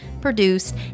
produced